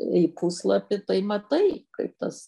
į puslapį tai matai kaip tas